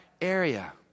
Area